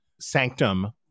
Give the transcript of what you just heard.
sanctum